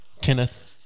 Kenneth